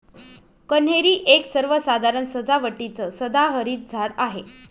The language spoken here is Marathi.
कन्हेरी एक सर्वसाधारण सजावटीचं सदाहरित झाड आहे